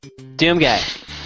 Doomguy